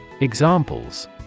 Examples